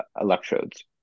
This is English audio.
electrodes